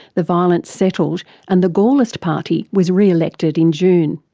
the violence settled and the gaullist party was re-elected in june.